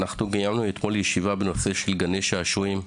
אנחנו קיימנו אתמול ישיבה בנושא של גני שעשועים.